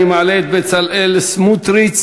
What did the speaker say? אני מעלה את בצלאל סמוטריץ,